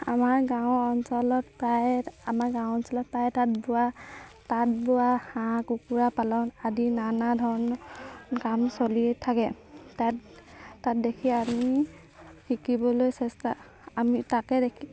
আমাৰ গাঁও অঞ্চলত প্ৰায় আমাৰ গাঁও অঞ্চলত প্ৰায়ে তাত বোৱা তাঁত বোৱা হাঁহ কুকুৰা পালন আদি নানা ধৰণৰ কাম চলিয়ে থাকে তাঁত তাঁত দেখি আমি শিকিবলৈ চেষ্টা আমি তাকে দেখি